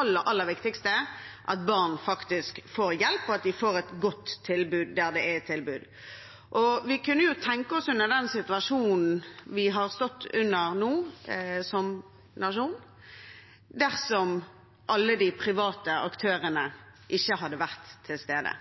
aller, aller viktigste at barn faktisk får hjelp, og at de får et godt tilbud der det er tilbud. Vi kunne jo tenke oss en situasjon som den vi har stått i nå som nasjon, dersom alle de private aktørene ikke hadde vært til stede.